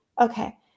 Okay